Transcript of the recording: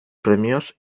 premios